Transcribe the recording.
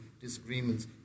disagreements